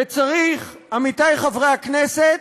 וצריך, עמיתי חברי הכנסת,